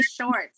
shorts